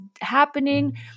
happening